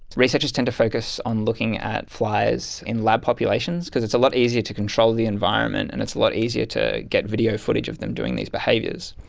researchers tend to focus on looking at flies in lab populations because it's a lot easier to control the environment and it's a lot easier to get video footage of them doing these behaviours.